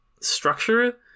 structure